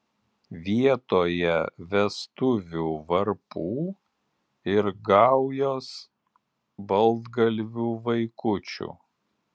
vietoje vestuvių varpų ir gaujos baltgalvių vaikučių